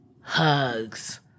hugs